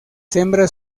hembras